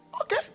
okay